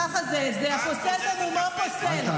ככה זה, זה הפוסל במומו פוסל.